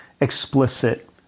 explicit